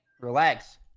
relax